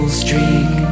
streak